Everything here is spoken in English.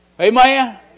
Amen